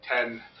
ten